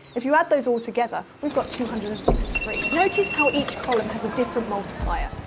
if you add those all together, we've got two hundred and sixty three. notice how each column has a different multiplier.